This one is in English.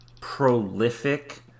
prolific